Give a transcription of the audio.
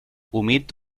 humit